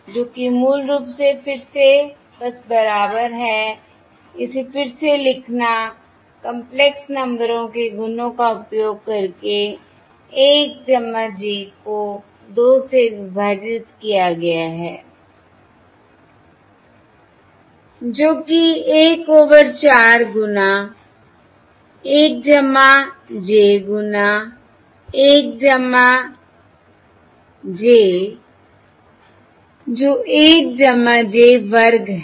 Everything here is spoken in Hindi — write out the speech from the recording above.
जो कि मूल रूप से फिर से बस बराबर है इसे फिर से लिखना कंपलेक्स नंबरों के गुणों का उपयोग करके 1 j को 2 से विभाजित किया गया है जो कि 1 ओवर 4 गुना 1 j गुना 1 j जो 1 j वर्ग है